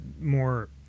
more